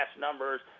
numbers